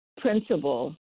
principal